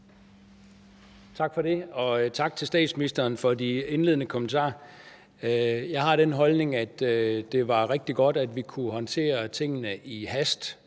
Tak for det, og tak til statsministeren for de indledende kommentarer. Jeg har den holdning, at det var rigtig godt, at vi kunne håndtere tingene i hast,